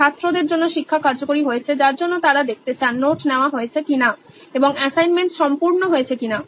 ছাত্রদের জন্য শিক্ষা কার্যকরী হয়েছে যার জন্য তারা দেখতে চান নোট নেওয়া হয়েছে কি না এবং অ্যাসাইনমেন্ট সম্পূর্ণ হয়েছে কিনা